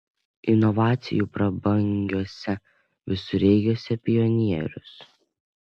inovacijų prabangiuose visureigiuose pionierius